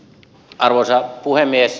arvoisa puhemies